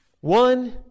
One